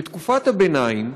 לתקופת הביניים,